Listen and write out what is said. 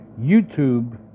YouTube